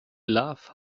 love